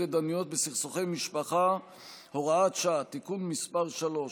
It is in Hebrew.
התדיינויות בסכסוכי משפחה (הוראת שעה) (תיקון מס' 3),